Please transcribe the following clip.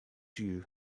you